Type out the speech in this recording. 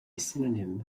synonym